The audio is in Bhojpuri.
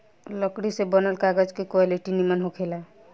लकड़ी से बनल कागज के क्वालिटी निमन होखेला